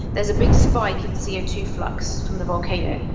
there's a big spike in c o two flux from the volcano.